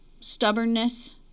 stubbornness